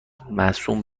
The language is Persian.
مصون